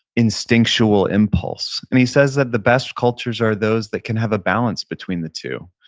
instinctual impulse. and he says that the best cultures are those that can have a balance between the two.